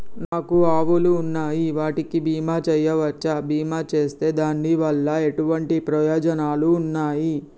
నాకు ఆవులు ఉన్నాయి వాటికి బీమా చెయ్యవచ్చా? బీమా చేస్తే దాని వల్ల ఎటువంటి ప్రయోజనాలు ఉన్నాయి?